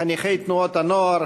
חניכי תנועות הנוער,